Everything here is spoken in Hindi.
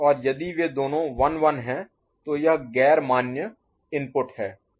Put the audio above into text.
और यदि वे दोनों 1 1 हैं तो यह गैर मान्य इनपुट है